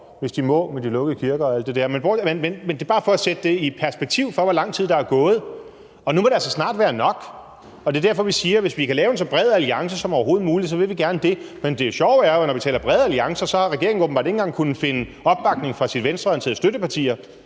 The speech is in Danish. på grund af de lukkede kirker og alt det der. Men det er bare for at sætte det i perspektiv for, hvor lang tid der er gået – og nu må det altså snart være nok! Det er derfor, vi siger, at hvis vi kan lave en så bred alliance som overhovedet muligt, vil vi gerne det. Men det sjove er jo, at når vi taler brede alliancer, har regeringen åbenbart ikke engang kunnet finde opbakning hos sine venstreorienterede støttepartier.